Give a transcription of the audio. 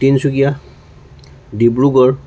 Tinsukia Dibrugarh